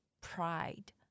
Pride